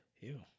Ew